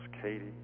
Katie